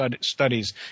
studies